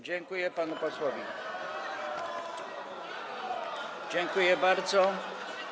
Dziękuję panu posłowi, dziękuję bardzo.